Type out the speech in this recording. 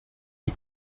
die